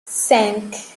cinq